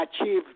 achieve